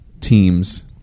teams